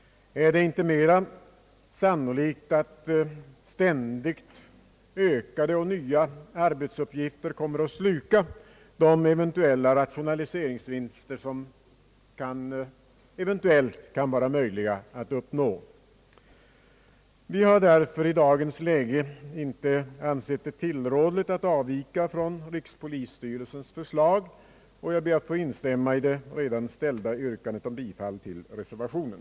Är det inte mera sannolikt att ständigt ökade och nya arbetsuppgifter kommer att sluka de rationaliseringsvinster som eventuellt kan vara möjliga att uppnå? I dagens läge anser jag det därför inte tillrådligt att avvika från rikspolisstyrelsens förslag, och jag ber att få instämma i det redan ställda yrkandet om bifall till reservationen.